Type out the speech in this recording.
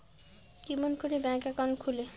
কেমন করি bank account খুলে?